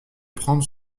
prendre